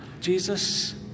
Jesus